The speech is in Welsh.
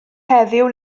heddiw